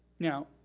now,